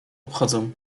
obchodzą